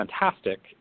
fantastic